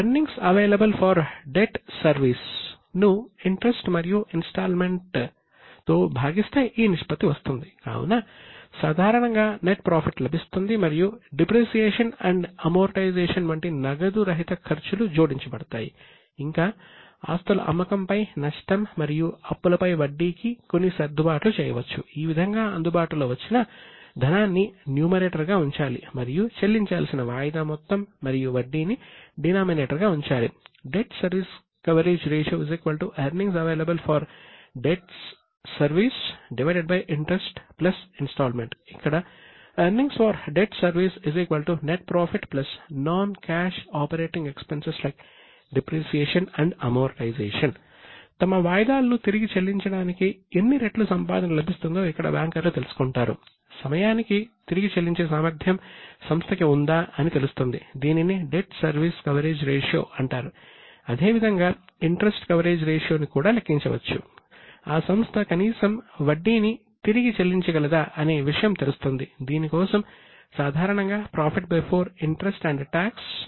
earnings available for debt service debt service coverage ratio ఇక్కడ earnings for debt service తమ వాయిదాలను తిరిగి చెల్లించడానికి ఎన్ని రెట్లు సంపాదన లభిస్తుందో ఇక్కడ బ్యాంకర్లు తెలుసుకుంటారు సమయానికి తిరిగి చెల్లించే సామర్థ్యం సంస్థకి ఉందా అని తెలుస్తుంది దీనిని డెట్ సర్వీస్ కవరేజ్ రేషియో తో భాగిస్తాము